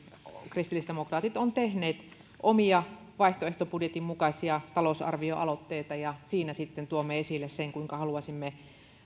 kristillisdemokraatit ovat tehneet omia vaihtoehtobudjettinsa mukaisia talousarvioaloitteita ja siinä sitten tuomme esille sen kuinka haluaisimme